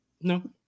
No